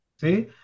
see